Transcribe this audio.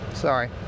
Sorry